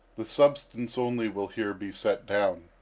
the substance only will here be set down.